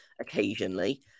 occasionally